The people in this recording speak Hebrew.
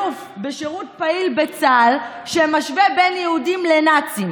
אלוף בשירות פעיל בצה"ל שמשווה בין יהודים לנאצים.